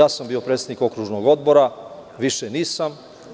Bio sam predsednik Okružnog odbora, više nisam.